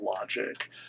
logic